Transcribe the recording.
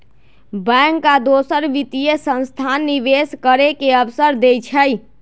bank आ दोसर वित्तीय संस्थान निवेश करे के अवसर देई छई